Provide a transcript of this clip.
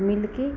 मिलकर